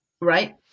right